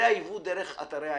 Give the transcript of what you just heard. זה הייבוא דרך אתרי האינטרנט.